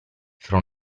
fra